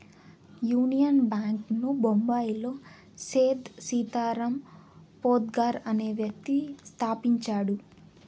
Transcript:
union bank ను బొంబాయిలో సేథ్ సీతారాం పోద్దార్ అనే వ్యక్తి స్థాపించాడు